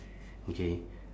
okay